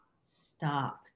stop